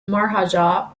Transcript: maharaja